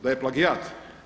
Da je plagijat?